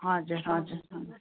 हजुर हजुर हजुर